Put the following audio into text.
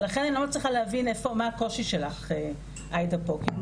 ולכן אני לא מצליחה להבין מה הקושי שלך עאידה פה.